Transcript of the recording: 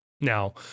Now